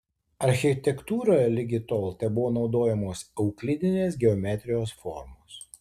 architektūroje ligi tol tebuvo naudojamos euklidinės geometrijos formos